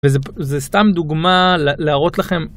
זה סתם דוגמה להראות לכם